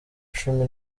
cumi